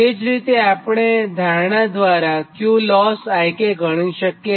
તે જ રીતે આપણે ધારણા દ્વારા Qlossik ગણી શકીએ